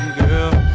girl